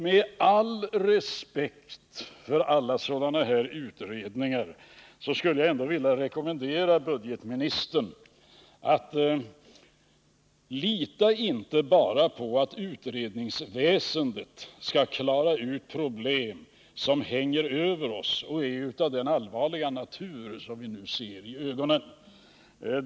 Med all respekt för sådana här utredningar skulle jag ändå vilja rekommendera budgetministern: Lita inte bara på att utredningsväsendet skall klara ut problem som hänger över oss och är av den allvarliga natur som vi nu klart uppfattar!